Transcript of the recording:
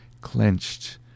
clenched